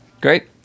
Great